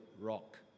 rock